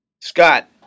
Scott